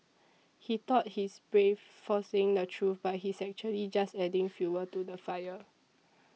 he thought he's brave for saying the truth but he's actually just adding fuel to the fire